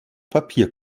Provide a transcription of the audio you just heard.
papier